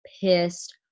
pissed